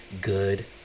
good